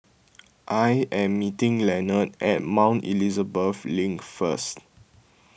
I am meeting Lenord at Mount Elizabeth Link first